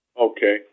Okay